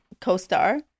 co-star